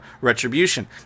retribution